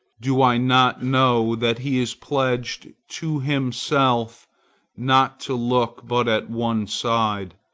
do i not know that he is pledged to himself not to look but at one side,